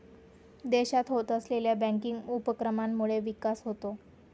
देशात होत असलेल्या बँकिंग उपक्रमांमुळे विकास होतो